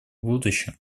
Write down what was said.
будущем